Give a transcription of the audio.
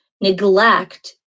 Neglect